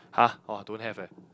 !huh! orh don't have eh